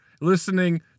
Listening